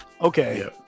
Okay